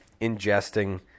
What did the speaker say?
ingesting